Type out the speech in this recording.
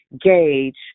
gauge